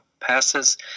passes